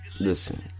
Listen